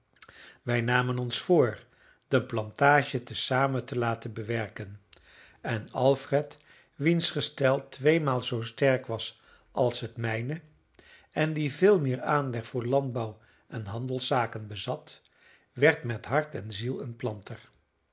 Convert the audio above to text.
wij namen ons voor de plantage te zamen te laten bewerken en alfred wiens gestel tweemaal zoo sterk was als het mijne en die veel meer aanleg voor landbouw en handelszaken bezat werd met hart en ziel een planter